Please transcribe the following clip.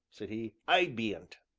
said he, i bean't.